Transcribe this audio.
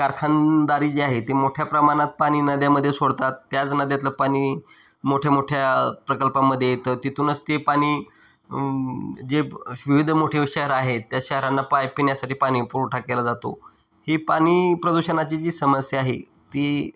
कारखानदारी जे आहे ते मोठ्या प्रमाणात पाणी नद्यामध्ये सोडतात त्याच नद्यातलं पाणी मोठ्या मोठ्या प्रकल्पामध्ये येतं तिथूनच ते पाणी जे विविध मोठे शहर आहेत त्या शहरांना पाय पिण्यासाठी पाणी पुरवठा केला जातो ही पाणी प्रदूषणाची जी समस्या आहे ती